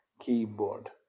keyboard